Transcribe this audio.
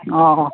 ꯑꯥ